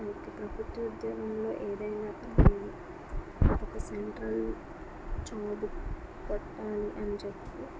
ఇక ప్రభుత్వ ఉద్యోగంలో ఏదైనా కాని ఒక సెంట్రల్ జాబ్ కొట్టాలి అని చెప్పి